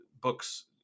books